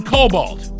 Cobalt